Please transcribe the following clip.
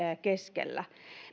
keskellä